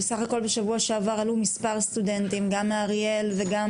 בשבוע שעבר עלו מספר סטודנטים גם מאריאל וגם